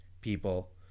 people